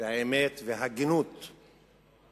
האמת וההגינות של